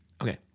Okay